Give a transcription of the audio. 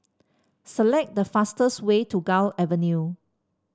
select the fastest way to Gul Avenue